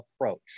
approach